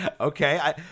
Okay